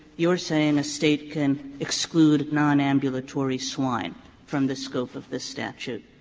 you're saying a state can exclude nonambulatory swine from the scope of this statute.